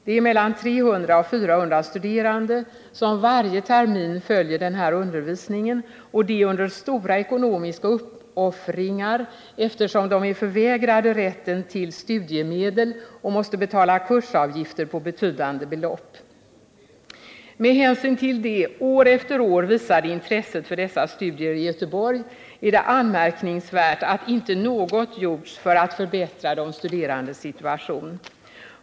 Det är mellan 300 och 400 studerande som varje termin följer den här undervisningen, och det under stora ekonomiska uppoffringar, eftersom de är förvägrade rätten till studiemedel och måste betala kursavgifter på betydande belopp. Med hänsyn till det år efter år visade intresset för dessa studier i Göteborg är det anmärkningsvärt att inte något gjorts för att förbättra de studerandes situation.